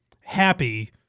happy